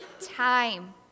Time